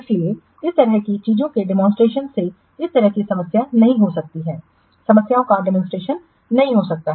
इसलिए इस तरह की चीजों के डेमोंसट्रेशन से इस तरह की समस्या नहीं हो सकती है समस्याओं का डेमोंसट्रेशन नहीं हो सकता है